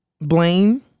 Blaine